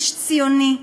איש ציוני,